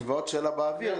ועוד שאלה באוויר,